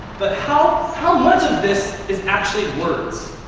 but how how much of this is actually words?